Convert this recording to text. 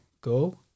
go